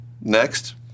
Next